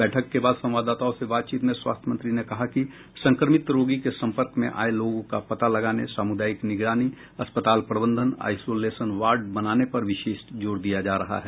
बैठक के बाद संवाददाताओं से बातचीत में स्वास्थ्य मंत्री ने कहा कि संक्रमित रोगी के संपर्क में आये लोगों का पता लगाने सामुदायिक निगरानी अस्पताल प्रबंधन आइसोलेशन वार्ड बनाने पर विशेष जोर दिया जा रहा है